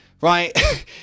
right